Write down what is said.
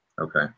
Okay